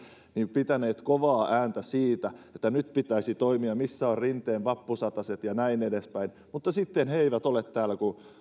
pitäneet kovaa ääntä siitä että nyt pitäisi toimia missä ovat rinteen vappusataset ja näin edespäin mutta sitten he he eivät ole täällä kun